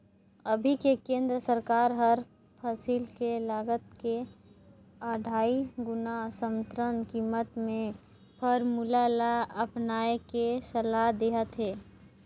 अभी के केन्द्र सरकार हर फसिल के लागत के अढ़ाई गुना समरथन कीमत के फारमुला ल अपनाए के सलाह देहत हे